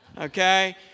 Okay